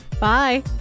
bye